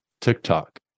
TikTok